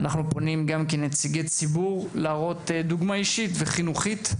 באחריותנו להראות דוגמה אישית וחיובית.